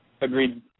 Agreed